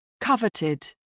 Coveted